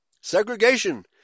Segregation